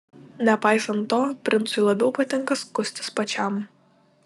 nepaisant to princui labiau patinka skustis pačiam